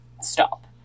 stop